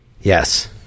yes